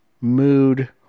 mood